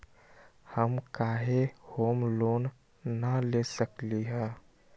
हम काहे home loan न ले सकली ह?